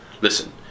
Listen